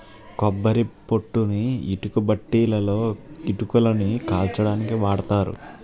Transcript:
కొబ్బరి పొట్టుని ఇటుకబట్టీలలో ఇటుకలని కాల్చడానికి వాడతారు